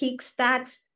kickstart